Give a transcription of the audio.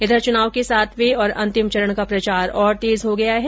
इधर च्नाव के सातवें और अंतिम चरण का प्रचार और तेज हो गया है